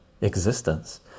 Existence